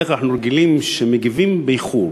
בדרך כלל אנחנו רגילים שמגיבים באיחור.